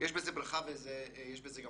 יש בו ברכה אבל יש גם קללה.